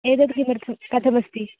एतद् किमर्थं कथम् अस्ति